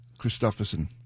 Christofferson